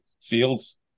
Fields